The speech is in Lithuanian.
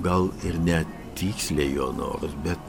gal ir ne tiksliai jo norus bet